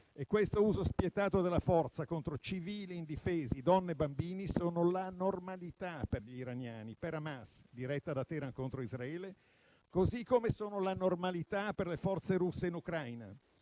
E questo uso spietato della forza contro civili indifesi, donne e bambini sono la normalità per gli iraniani e per Hamas, diretta da Teheran contro Israele, così come sono la normalità per le forze russe in Ucraina.